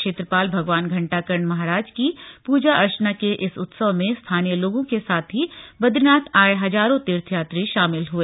क्षेत्रपाल भगवान घंटाकर्ण महाराज की पूजा अर्चना के इस उत्सव में स्थानीय लोगों के साथ ही बद्रीनाथ आये हज़ारों तीर्थ यात्री शामिल हुए